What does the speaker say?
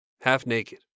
half-naked